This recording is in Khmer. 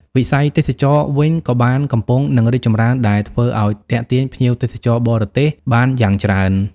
វិស័យទេសចរណ៍វិញ ក៏បានកំពុងនឹងរីកចម្រើនដែលធ្វើអោយទាក់ទាញភ្ញៀវទេសចរបរទេសបានយ៉ាងច្រើន។